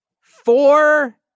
four